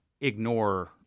ignore